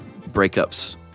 breakups